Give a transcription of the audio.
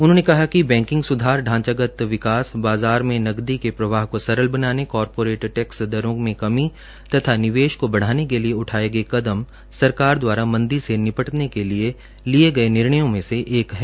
उन्होंने कहा कि बैंकिंग सुधार ढांचागत विकास बाजार में नकदी के प्रवाह को सरल बनाने कारपोरेट टैक्स दरों में कमी तथा निवेश को बढाने के लिए उठाए गए कदम सरकार द्वारा मंदी से निपटने के लिए लिये गए निर्णयों में से कए है